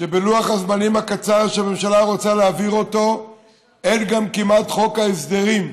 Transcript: שבלוח הזמנים הקצר שהממשלה רוצה להעביר אותו גם אין כמעט חוק הסדרים.